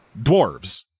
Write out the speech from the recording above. dwarves